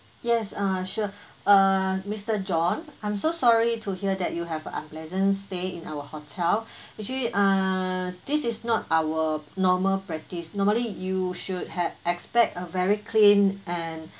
yes uh sure uh mister john I'm so sorry to hear that you have unpleasant stay in our hotel actually uh this is not our normal practice normally you should have expect a very clean and